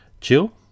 chill